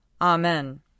Amen